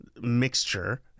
mixture